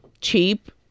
cheap